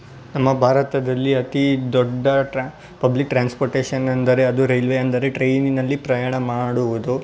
ನಮ್ಮ ಭಾರತದಲ್ಲಿ ಅತಿ ದೊಡ್ಡ ಟ್ರಾ ಪಬ್ಲಿಕ್ ಟ್ರಾನ್ಸ್ಪೋರ್ಟೇಶನ್ ಅಂದರೆ ಅದು ರೈಲ್ವೆ ಅಂದರೆ ಟ್ರೈನಿನಲ್ಲಿ ಪ್ರಯಾಣ ಮಾಡುವುದು